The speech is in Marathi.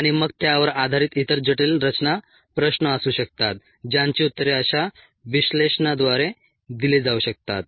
आणि मग त्यावर आधारित इतर जटिल रचना प्रश्न असू शकतात ज्यांची उत्तरे अशा विश्लेषणाद्वारे दिली जाऊ शकतात